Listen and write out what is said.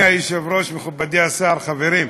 אדוני היושב-ראש, מכובדי השר, חברים,